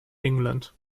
england